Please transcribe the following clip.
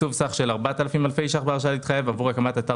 תקצוב סך של 4,000 אלפי שקלים בהרשאה להתחייב עבור הקמת אתר